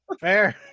Fair